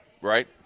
right